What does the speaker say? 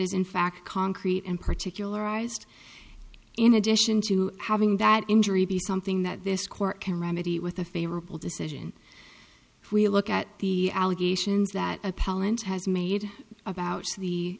is in fact concrete and particularized in addition to having that injury be something that this court can remedy with a favorable decision we look at the allegations that appellant has made about the